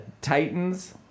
titans